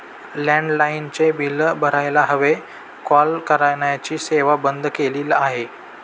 लँडलाइनचे बिल भरायला हवे, कॉल करण्याची सेवा बंद केली आहे